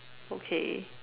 okay